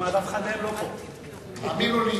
האמינו לי,